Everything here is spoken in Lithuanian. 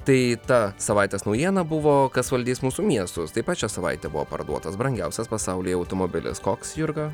tai ta savaitės naujiena buvo kas valdys mūsų miestuose taip pat šią savaitę buvo parduotas brangiausias pasaulyje automobilis koks jurga